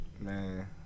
Man